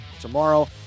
tomorrow